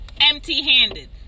empty-handed